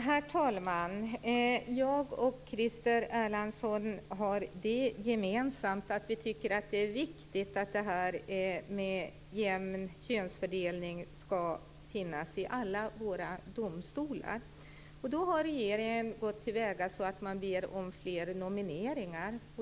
Herr talman! Jag och Christer Erlandsson har det gemensamt att vi tycker att det är viktigt med en jämn könsfördelning i alla våra domstolar. Då har regeringen gått till väga så att man ber om fler nomineringar.